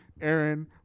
Aaron